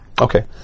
Okay